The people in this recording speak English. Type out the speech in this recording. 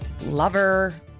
lover